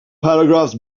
paragraphs